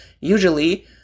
usually